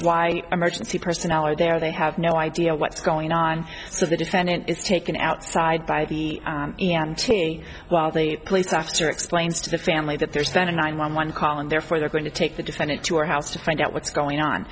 why emergency personnel are there they have no idea what's going on so the defendant is taken outside by the e m t while the police officer explains to the family that they're spending nine one one call and therefore they're going to take the defendant to her house to find out what's going on